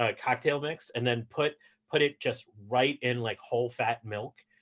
ah cocktail mix and then put put it just right in like whole-fat milk.